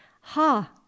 ha